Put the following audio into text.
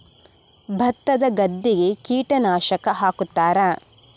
ಭತ್ತದ ಗದ್ದೆಗೆ ಕೀಟನಾಶಕ ಹಾಕುತ್ತಾರಾ?